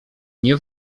nie